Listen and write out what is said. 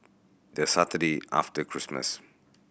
the Saturday after Christmas